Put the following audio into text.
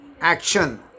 action